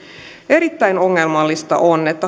erittäin ongelmallista